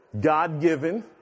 God-given